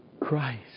Christ